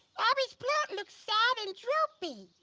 ah abby's plant looks sad and droopy.